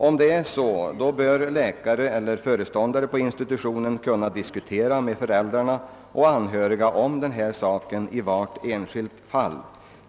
Om så verkligen är fallet bör läkare eller föreståndare på institutionen kunna diskutera den saken med föräldrar och anhöriga i varje enskilt fall.